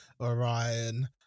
Orion